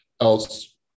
else